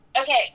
Okay